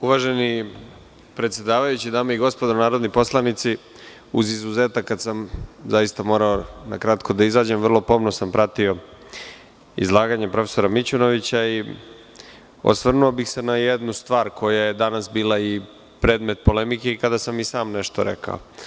Uvaženi predsedavajući, dame i gospodo narodni poslanici, uz izuzetak kada sam zaista morao da izađem na kratko, vrlo pomno sam pratio izlaganje profesora Mićunovića i osvrnuo bih se na jednu stvar koja je danas bila predmet polemike, kada sam i sam nešto rekao.